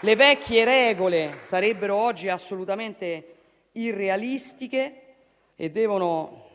Le vecchie regole sarebbero oggi assolutamente irrealistiche e quelle